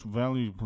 value